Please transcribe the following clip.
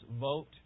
vote